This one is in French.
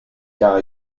car